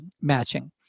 matching